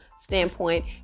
standpoint